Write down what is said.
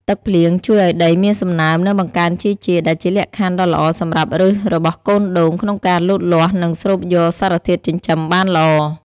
ទឹកភ្លៀងជួយឲ្យដីមានសំណើម និងបង្កើនជីជាតិ ដែលជាលក្ខខណ្ឌដ៏ល្អសម្រាប់ឫសរបស់កូនដូងក្នុងការលូតលាស់ និងស្រូបយកសារធាតុចិញ្ចឹមបានល្អ។